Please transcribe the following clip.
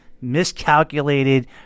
miscalculated